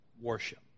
worship